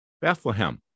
Bethlehem